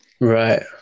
Right